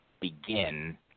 begin